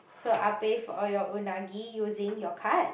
so I pay for all your unagi using your card